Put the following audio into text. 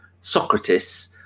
Socrates